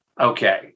okay